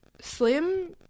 Slim